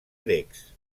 grecs